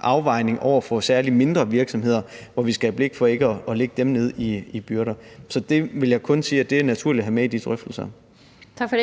afvejning i forhold til særlig mindre virksomheder, hvor vi skal have blik for ikke at lægge dem ned med byrder. Så det vil jeg sige kun er naturligt at have med i de drøftelser. Kl.